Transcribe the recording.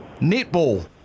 netball